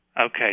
Okay